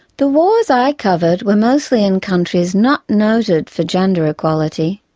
the wars i covered were mostly in countries not noted for gender equality.